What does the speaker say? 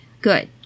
good